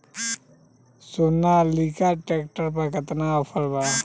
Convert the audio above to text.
Sonalika tractor पर केतना offer बा?